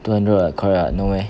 two hundred what correct what no meh